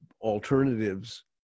alternatives